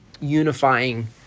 unifying